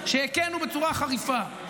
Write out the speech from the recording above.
שהכינו בצורה חריפה,